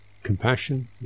compassion